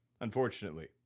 Unfortunately